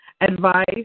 advice